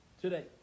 today